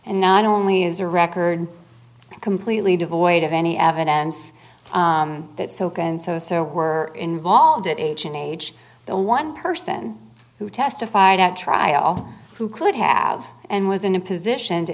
and not only is a record completely devoid of any evidence that socan soso were involved at age an age the one person who testified at trial who could have and was in a position to